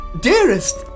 dearest